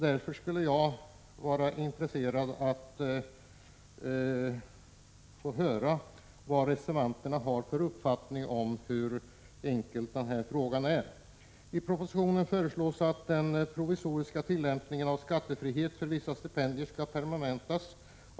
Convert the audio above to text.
Därför skulle jag vara intresserad av att få höra vad reservanterna har för uppfattning och varför de anser att frågan är enkel. I propositionen föreslås att den provisoriska tillämpningen av skattefrihet för vissa stipendier skall permanentas.